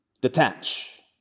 Detach